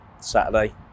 Saturday